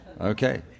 Okay